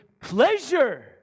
pleasure